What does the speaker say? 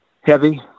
heavy